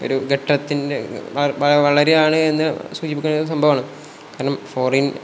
ഒരു ഘട്ടത്തിൻ്റെ വളരുകയാണ് എന്ന് സൂചിപ്പിക്കുന്ന ഒരു സംഭവാണ് കാരണം ഫോറിൻ